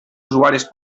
usuaris